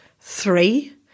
three